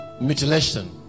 mutilation